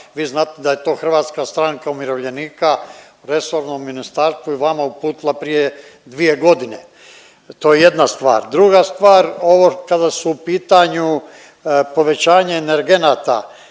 Vi znate da je to Hrvatska stranka umirovljenika osobno ministarstvu i vama uputila prije 2 godine. To je jedna stvar. Druga stvar, ovo kada su u pitanju povećanje energenata,